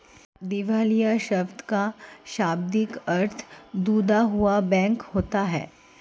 दिवालिया शब्द का शाब्दिक अर्थ टूटा हुआ बैंक होता है